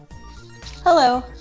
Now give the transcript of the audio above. Hello